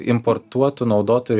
importuotų naudotų